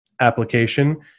application